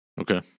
Okay